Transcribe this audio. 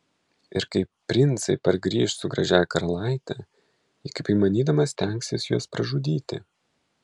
ir kai princai pargrįš su gražiąja karalaite ji kaip įmanydama stengsis juos pražudyti